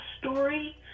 story